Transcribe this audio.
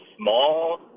small